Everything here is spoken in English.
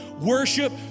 worship